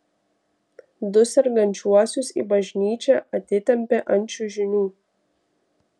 du sergančiuosius į bažnyčią atitempė ant čiužinių